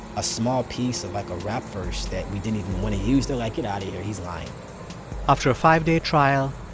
a small piece of, like, a rap verse that we didn't even want to use, they're like, get out of here. he's lying after a five-day trial,